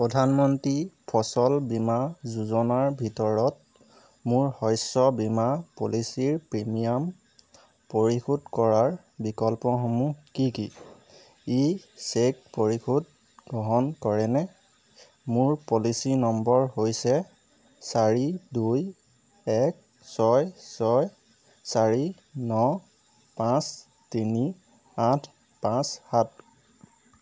প্ৰধানমন্ত্ৰী ফচল বীমা যোজনাৰ ভিতৰত মোৰ শস্য বীমা পলিচীৰ প্ৰিমিয়াম পৰিশোধ কৰাৰ বিকল্পসমূহ কি কি ই চেক পৰিশোধ গ্ৰহণ কৰেনে মোৰ পলিচী নম্বৰ হৈছে চাৰি দুই এক ছয় ছয় চাৰি ন পাঁচ তিনি আঠ পাঁচ সাত